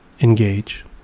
Engage